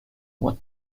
what